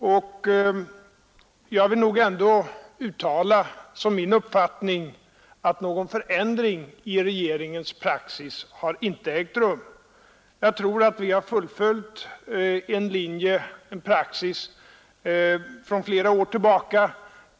Som min uppfattning vill jag ändå uttala att någon förändring i regeringens praxis inte har ägt rum, Jag tror att vi har fullföljt en praxis från flera år tillbaka.